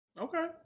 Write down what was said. Okay